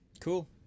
Cool